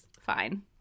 fine